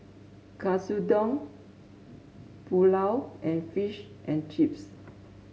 Katsudon Pulao and Fish and Chips